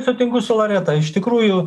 sutinku su loreta iš tikrųjų